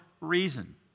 reason